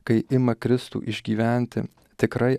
kai ima kristų išgyventi tikrai